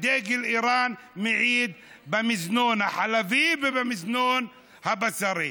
ודגל איראן מעיד במזנון החלבי ובמזנון הבשרי.